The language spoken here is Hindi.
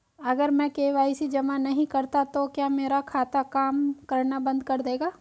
अगर मैं के.वाई.सी जमा नहीं करता तो क्या मेरा खाता काम करना बंद कर देगा?